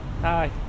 Hi